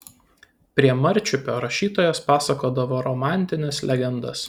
prie marčiupio rašytojas pasakodavo romantines legendas